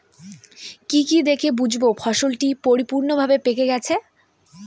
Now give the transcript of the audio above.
কি কি দেখে বুঝব ফসলটি পরিপূর্ণভাবে পেকে গেছে?